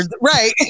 right